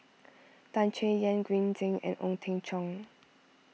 Tan Chay Yan Green Zeng and Ong Teng Cheong